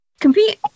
compete